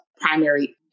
primary